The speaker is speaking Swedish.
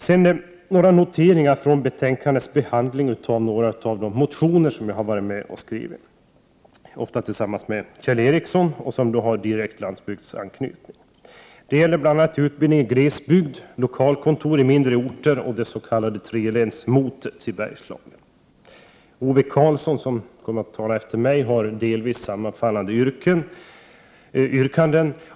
Sedan vill jag säga några ord med anledning av utskottets behandling av några av de motioner som jag har varit med om att skriva, ofta tillsammans med Kjell Ericsson. Motionerna har då direkt landsbygdsanknytning. Det gäller bl.a. utbildningen i glesbygd, lokalkontor i mindre orter och det s.k. Trelänsmotet i Bergslagen. Ove Karlsson, som kommer att tala efter mig, har — Prot. 1988/89:110 delvis samma yrkanden.